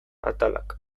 atalak